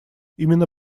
именно